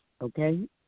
Okay